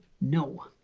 no